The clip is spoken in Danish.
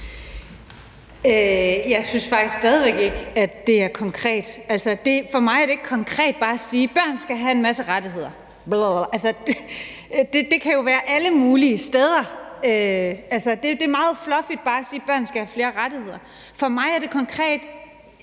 Jeg synes faktisk stadig væk ikke, at det er konkret. For mig er det ikke konkret bare at sige: Børn skal have en masse rettigheder. Det kan jo være alle mulige steder. Det er meget fluffy bare at sige, at børn skal have flere rettigheder. For mig er det konkret,